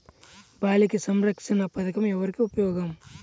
బాలిక సంరక్షణ పథకం ఎవరికి ఉపయోగము?